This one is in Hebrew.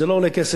זה לא עולה כסף,